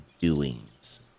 doings